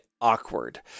awkward